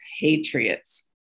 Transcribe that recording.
patriots